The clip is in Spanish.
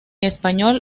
español